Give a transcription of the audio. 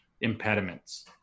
impediments